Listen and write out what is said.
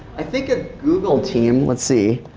i think, a google team. letis see.